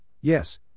yes